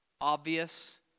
obvious